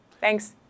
Thanks